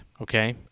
okay